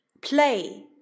Play